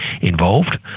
involved